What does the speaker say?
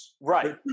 Right